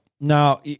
now